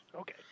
Okay